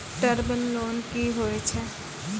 Term loan कि होय छै?